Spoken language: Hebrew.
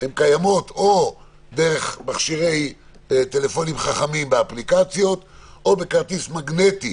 הן או דרך מכשירי טלפונים חכמים באפליקציות או בכרטיס מגנטי